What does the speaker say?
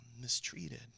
mistreated